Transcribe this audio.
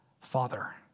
Father